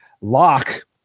lock